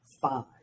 five